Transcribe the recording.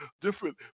different